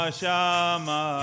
shama